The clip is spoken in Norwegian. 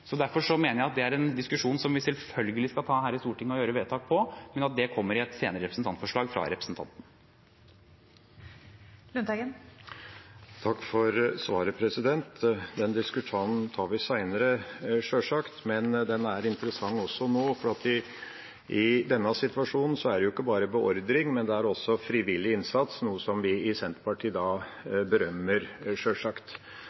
Derfor mener jeg det er en diskusjon som vi selvfølgelig skal ta og gjøre vedtak på her i Stortinget, men det kommer i et senere representantforslag fra representanten. Takk for svaret. Den diskusjonen tar vi senere, sjølsagt, men den er interessant også nå, for i denne situasjonen er det ikke bare beordring, det er også frivillig innsats, noe vi i Senterpartiet